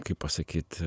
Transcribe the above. kaip pasakyt